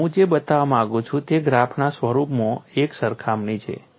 અને હું જે બતાવવા માગું છું તે ગ્રાફના સ્વરૂપમાં એક સરખામણી છે